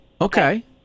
okay